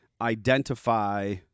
identify